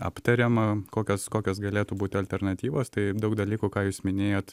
aptariama kokios kokios galėtų būti alternatyvos tai daug dalykų ką jūs minėjot